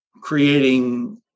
creating